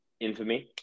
infamy